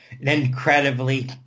incredibly